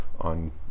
on